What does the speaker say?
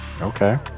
Okay